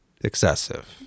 excessive